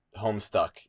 homestuck